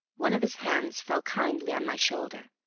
one of his hands fell kindly on my shoulder,